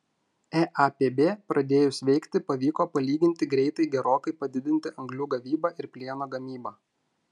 eapb pradėjus veikti pavyko palyginti greitai gerokai padidinti anglių gavybą ir plieno gamybą